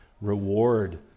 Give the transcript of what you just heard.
Reward